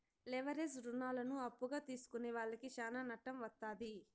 leverage రుణాలను అప్పుగా తీసుకునే వాళ్లకి శ్యానా నట్టం వత్తాది